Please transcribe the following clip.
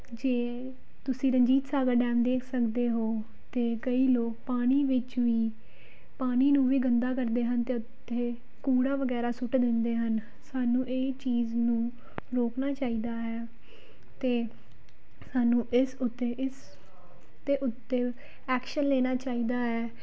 ਜੇ ਤੁਸੀਂ ਰਣਜੀਤ ਸਾਗਰ ਡੈਮ ਦੇਖ ਸਕਦੇ ਹੋ ਅਤੇ ਕਈ ਲੋਕ ਪਾਣੀ ਵਿੱਚ ਵੀ ਪਾਣੀ ਨੂੰ ਵੀ ਗੰਦਾ ਕਰਦੇ ਹਨ ਅਤੇ ਉੱਥੇ ਕੂੜਾ ਵਗੈਰਾ ਸੁੱਟ ਦਿੰਦੇ ਹਨ ਸਾਨੂੰ ਇਹ ਚੀਜ਼ ਨੂੰ ਰੋਕਣਾ ਚਾਹੀਦਾ ਆ ਅਤੇ ਸਾਨੂੰ ਇਸ ਉੱਤੇ ਇਸ 'ਤੇ ਉੱਤੇ ਐਕਸ਼ਨ ਲੈਣਾ ਚਾਹੀਦਾ ਹੈ